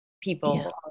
people